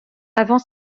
avant